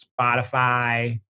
Spotify